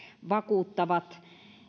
vakuuttavat